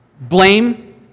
Blame